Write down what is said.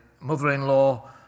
mother-in-law